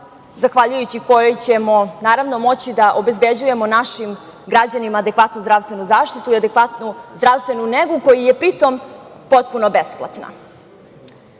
zahvaljujući kojoj ćemo moći da obezbeđujemo našim građanima adekvatnu zdravstvenu zaštitu i adekvatnu zdravstvenu negu, koja je pri tom potpuno besplatna.